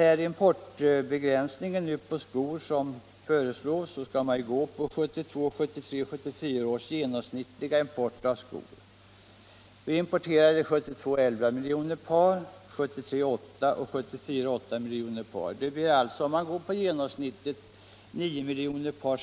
Den importbegränsning av skor som föreslås skall beräknas med utgångspunkt i de senare årens genomsnittliga import. År 1972 importerade vi 11 miljoner par, 1973 8 och 1974 också 8 miljoner par. Genomsnittet blir 9 miljoner par